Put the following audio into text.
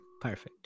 Perfect